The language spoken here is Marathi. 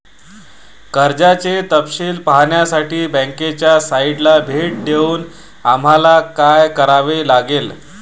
कर्जाचे तपशील पाहण्यासाठी बँकेच्या साइटला भेट देऊन आम्हाला काय करावे लागेल?